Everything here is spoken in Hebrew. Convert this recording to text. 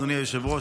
אדוני היושב-ראש,